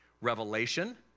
revelation